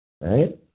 Right